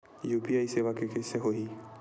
UPI सेवा के कइसे होही?